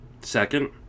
Second